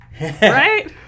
Right